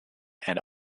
and